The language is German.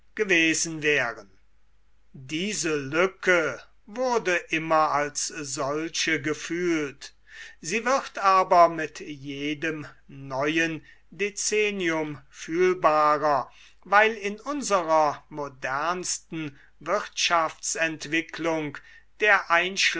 v böhm bawerk diese lücke wurde immer als solche gefühlt sie wird aber mit jedem neuen dezennium fühlbarer weil in unserer modernsten wirtschaftsentwicklung der